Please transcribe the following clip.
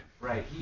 Right